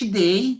day